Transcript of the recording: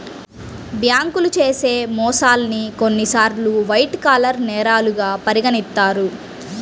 బ్యేంకులు చేసే మోసాల్ని కొన్నిసార్లు వైట్ కాలర్ నేరాలుగా పరిగణిత్తారు